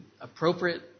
appropriate